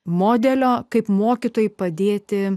modelio kaip mokytojui padėti